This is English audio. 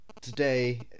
today